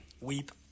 Weep